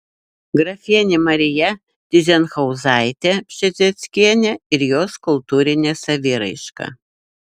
grafienė marija tyzenhauzaitė pšezdzieckienė ir jos kultūrinė saviraiška